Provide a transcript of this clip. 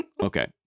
Okay